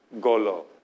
Golo